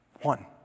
One